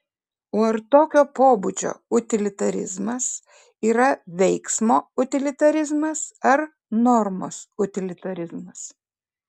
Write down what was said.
o ar tokio pobūdžio utilitarizmas yra veiksmo utilitarizmas ar normos utilitarizmas